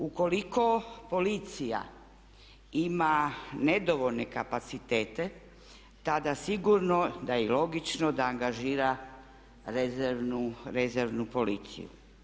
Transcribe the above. Ukoliko policija ima nedovoljne kapacitete tada sigurno da je i logično da angažira rezervnu policiju.